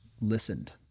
listened